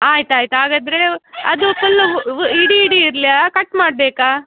ಆಯ್ತು ಆಯ್ತು ಹಾಗಾದರೆ ಅದು ಫುಲ್ಲು ಇಡಿ ಇಡಿ ಇರ್ಲಾ ಕಟ್ ಮಾಡ್ಬೇಕಾ